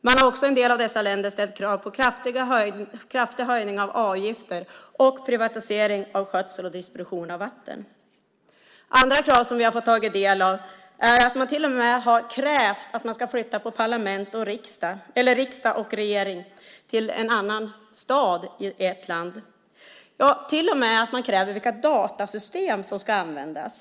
Man har också i en del av dessa länder ställt krav på en kraftig höjning av avgifter och privatisering av skötsel och distribution av vatten. Andra krav som vi har fått ta del av är att man rent av har krävt att riksdag och regering ska flyttas till en annan stad i ett land. Man har till och med ställt krav på vilka datasystem som ska användas.